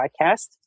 podcast